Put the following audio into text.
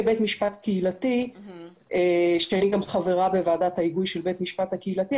לבית משפט קהילתי ואני גם חברה בוועדת ההיגוי של בית המשפט הקהילתי.